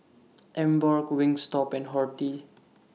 Emborg Wingstop and Horti